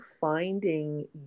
finding